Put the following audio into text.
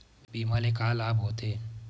बीमा ले का लाभ होथे?